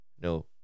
No